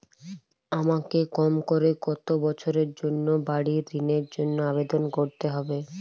আমাকে কম করে কতো বছরের জন্য বাড়ীর ঋণের জন্য আবেদন করতে হবে?